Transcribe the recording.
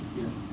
yes